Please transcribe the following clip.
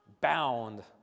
bound